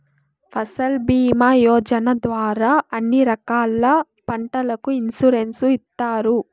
ఫసల్ భీమా యోజన ద్వారా అన్ని రకాల పంటలకు ఇన్సురెన్సు ఇత్తారు